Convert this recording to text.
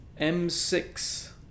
m6